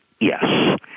Yes